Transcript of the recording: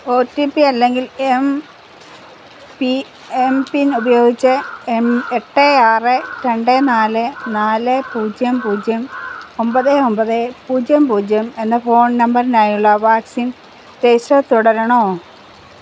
O T P അല്ലങ്കിൽ M P M PIN ഉപയോഗിച്ച് എം എട്ട് ആറ് രണ്ട് നാല് നാല് പൂജ്യം പൂജ്യം ഒമ്പത് ഒമ്പത് പൂജ്യം പൂജ്യം എന്ന ഫോൺ നമ്പറിനായുള്ള വാക്സിൻ രജിസ്റ്റർ തുടരണോ